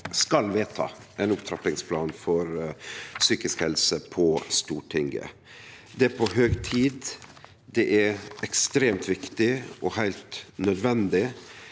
skal vedta ein opptrappingsplan for psykisk helse. Det er på høg tid. Det er ekstremt viktig og heilt nød vendig